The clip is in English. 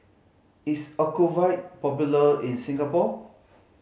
is Ocuvite popular in Singapore